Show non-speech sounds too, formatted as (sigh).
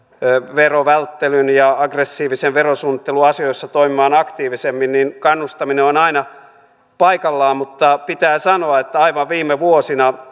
verovälttelyn ja aggressiivisen verosuunnittelun asioissa toimimaan aktiivisemmin niin kannustaminen on on aina paikallaan mutta pitää sanoa että aivan viime vuosina (unintelligible)